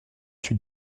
suis